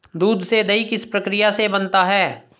दूध से दही किस प्रक्रिया से बनता है?